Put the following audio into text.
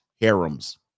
harems